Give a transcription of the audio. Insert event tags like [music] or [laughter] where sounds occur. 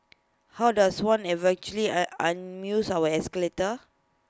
how does one [unintelligible] A an misuse of escalator